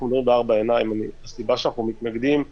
הסיבה שאנחנו מתנגדים היא